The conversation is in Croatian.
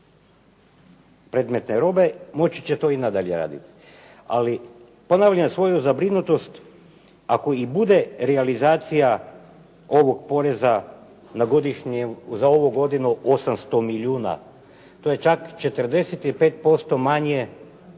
predmetne robe, moći će to i nadalje raditi. Ali ponavljam svoju zabrinutost ako i bude realizacija ovog poreza za ovu godinu 800 milijuna, to je čak 45% manje